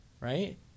right